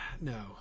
No